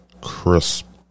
crisp